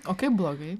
o kai blogai